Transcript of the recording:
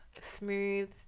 smooth